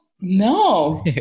no